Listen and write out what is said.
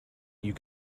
you